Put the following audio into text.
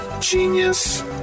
genius